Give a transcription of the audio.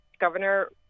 Governor